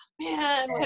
man